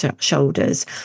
shoulders